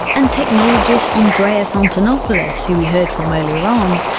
and technologist andreas antonopolous, who we heard from earlier on,